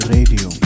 Radio